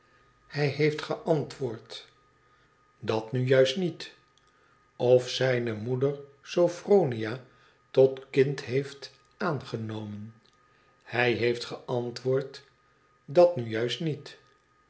hij heeft geantwoord datnujuist niet of zijne moeder sophronia tot kind heeft aangenomen hij heeft geantwoord idat nu juist niet